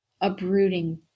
uprooting